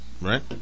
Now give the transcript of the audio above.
Right